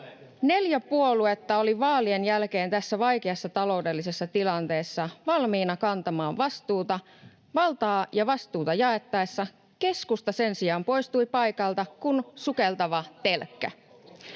Neljä puoluetta oli vaalien jälkeen tässä vaikeassa taloudellisessa tilanteessa valmiina kantamaan vastuuta. Valtaa ja vastuuta jaettaessa keskusta sen sijaan poistui paikalta kuin sukeltava telkkä!